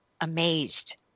amazed